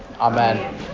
Amen